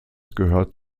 gehört